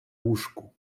łóżku